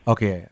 Okay